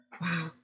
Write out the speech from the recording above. Wow